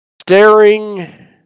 staring